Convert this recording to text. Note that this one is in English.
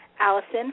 Allison